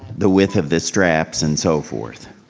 the width of this straps and so forth.